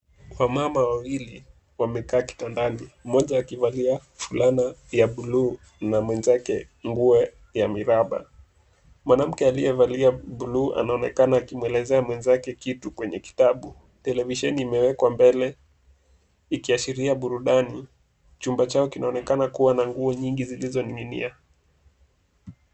Wamama wawili wamekaa kitandani. Mmoja akivalia fulana ya bluu na mwenzake nguo ya miraba. Mwanamke aliyevalia bluu anaonekana akimuelezea mwenzake kitu kwenye kitabu. Televisheni imeekwa mbele ikiashiria burudani. Chumba chao kinaonekana kuwa na nguo nyingi zilizoning'inia.